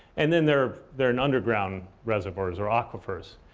and then they're they're in underground reservoirs or aquifers.